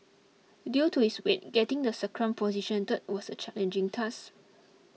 due to its weight getting the sacrum positioned was a challenging task